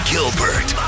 Gilbert